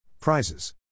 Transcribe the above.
Prizes